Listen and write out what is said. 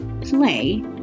play